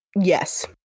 Yes